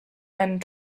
einen